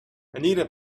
anita